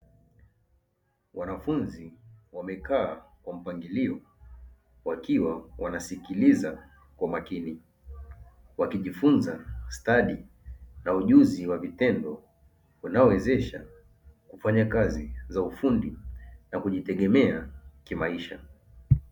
Wanafunzi wamekaa kwa mpangilio wakiwa wanasikiliza kwa makini. Wakijifunza stadi na ujuzi wa vitendo unaowezesha kufanya kazi za ufundi na kujitegemea kimaisha.